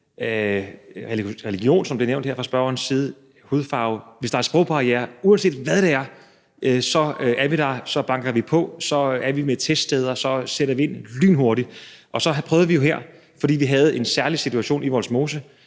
religion, som blev nævnt her fra spørgerens side, eller hudfarve. Hvis der er sprogbarrierer, uanset hvad der er, så er vi der; så banker vi på, så er vi der med teststeder, så sætter vi ind lynhurtigt. Så prøvede vi jo her, fordi vi havde en særlig situation i Vollsmose,